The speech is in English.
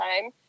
time